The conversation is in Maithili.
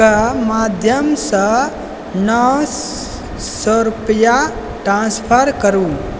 के माध्यमसँ नओ सए रुपैआ ट्रान्सफर करू